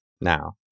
now